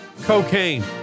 cocaine